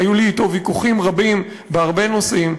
שהיו לי אתו ויכוחים רבים בהרבה נושאים,